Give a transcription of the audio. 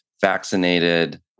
vaccinated